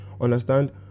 understand